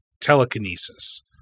telekinesis